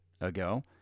ago